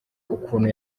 ukuntu